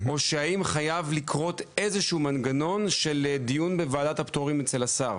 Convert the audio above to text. או שחייב לקרות איזשהו מנגנון של דיון בוועדת הפטורים אצל השר?